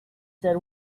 said